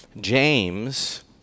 James